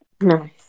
Nice